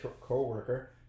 co-worker